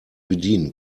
bedienen